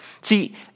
See